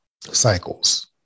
cycles